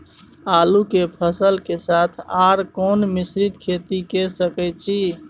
आलू के फसल के साथ आर कोनो मिश्रित खेती के सकैछि?